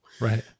Right